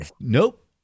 nope